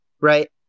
right